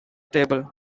table